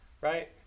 right